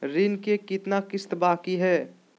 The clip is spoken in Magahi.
ऋण के कितना किस्त बाकी है?